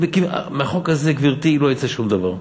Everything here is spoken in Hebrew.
מהחוק הזה, גברתי, לא יצא שום דבר.